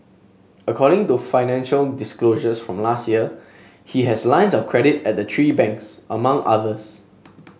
according to financial disclosures from last year he has lines of credit at the three banks among others